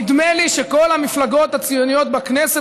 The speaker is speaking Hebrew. נדמה לי שכל המפלגות הציוניות בכנסת